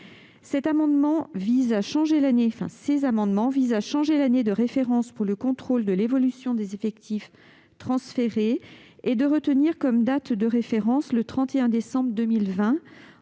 Ces amendements visent à changer l'année de référence pour le contrôle de l'évolution des effectifs transférés. Nous proposons de retenir comme date de référence le 31 décembre 2020,